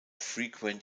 frequent